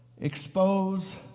expose